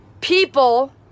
People